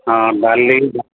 ହଁ ଡାଲି ଭାତ